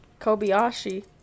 Kobayashi